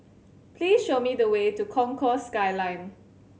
please show me the way to Concourse Skyline